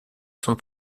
zum